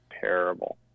terrible